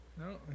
No